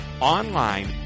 online